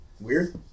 Weird